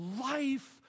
life